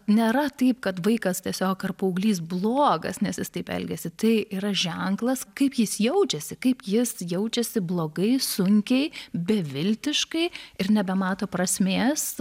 nėra taip kad vaikas tiesiog ar paauglys blogas nes jis taip elgiasi tai yra ženklas kaip jis jaučiasi kaip jis jaučiasi blogai sunkiai beviltiškai ir nebemato prasmės